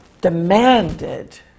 demanded